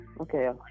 Okay